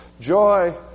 Joy